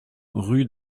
rue